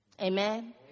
Amen